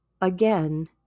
Again